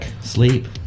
sleep